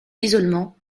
isolement